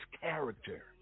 character